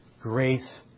grace